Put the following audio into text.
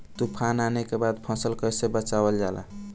तुफान आने के बाद फसल कैसे बचावल जाला?